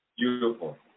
Beautiful